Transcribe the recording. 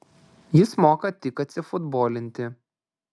jis moka tik atsifutbolinti